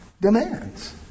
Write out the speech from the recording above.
demands